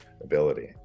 ability